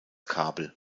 kabel